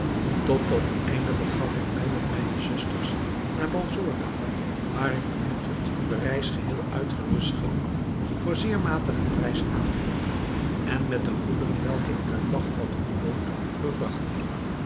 dat einde begaf ik mij met mijne zusters naar balsora waar ik een tot de reis geheel uitgerust schip voor zeer matigen prijs aankocht en met de goederen welke ik uit bagdad ontbood bevrachtte